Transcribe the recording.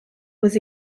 was